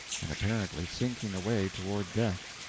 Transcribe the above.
and apparently sinking away toward death.